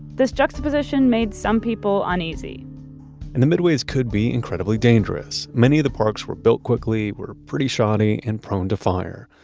this juxtaposition made some people uneasy and the midways could be incredibly dangerous. many of the parks were built quickly, were pretty shoddy and prone to fire.